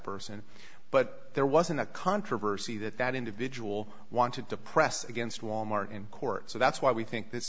person but there wasn't a controversy that that individual wanted to press against wal mart in court so that's why we think th